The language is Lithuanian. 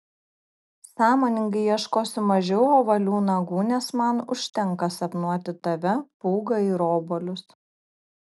sąmoningai ieškosiu mažiau ovalių nagų nes man užtenka sapnuoti tave pūgą ir obuolius